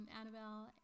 Annabelle